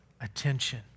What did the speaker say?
attention